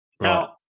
Now